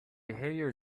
behavior